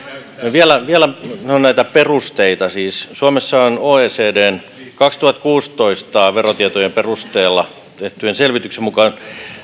vielä näitä perusteita siis suomessa on oecdn vuoden kaksituhattakuusitoista verotietojen perusteella tehdyn selvityksen mukaan